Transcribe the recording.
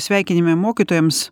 sveikinime mokytojams